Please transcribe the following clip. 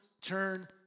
turn